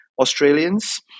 Australians